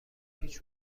هیچ